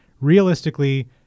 Realistically